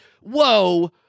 Whoa